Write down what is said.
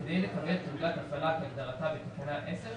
כדי לקבל תעודת הפעלה כהגדרתה בתקנה 10,